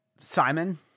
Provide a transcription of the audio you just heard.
Simon